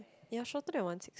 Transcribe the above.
ya shorter than one six